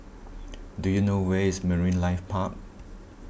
do you know where is Marine Life Park